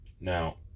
Now